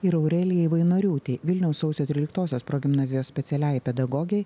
ir aurelijai vainoriūtei vilniaus sausio tryliktosios progimnazijos specialiajai pedagogei